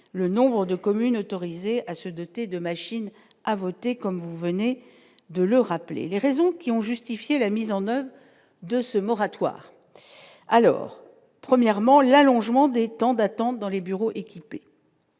le nombre de communes autorisées à se doter de machines à voter, comme vous venez de le rappeler les raisons qui ont justifié la mise en oeuvre de ce moratoire alors premièrement l'allongement des temps d'attente dans les bureaux équipés.